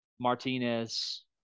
Martinez